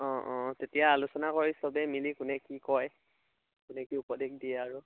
অঁ অঁ তেতিয়া আলোচনা কৰি চবেই মিলি কোনে কি কয় কোনে কি উপদেশ দিয়ে আৰু